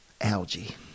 algae